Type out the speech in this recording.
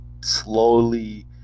slowly